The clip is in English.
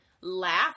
laugh